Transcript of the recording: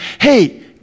hey